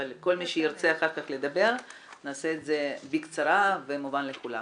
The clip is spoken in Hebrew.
אבל כל מי שירצה אחר כך לדבר נעשה את זה בקצרה ומובן לכולם.